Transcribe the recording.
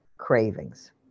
cravings